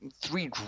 Three